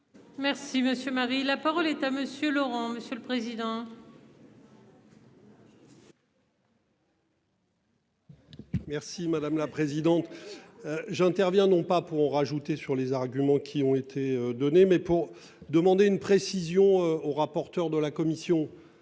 Merci monsieur Marie. La parole est à monsieur Laurent. Monsieur le président. Merci madame la présidente. J'interviens, non pas pour en rajouter sur les arguments qui ont été donnés mais pour demander une précision au rapporteur de la commission puisqu'il